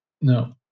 No